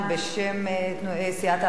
בשם סיעת העבודה,